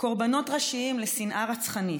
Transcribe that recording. קורבנות ראשיים לשנאה רצחנית,